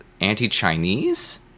anti-chinese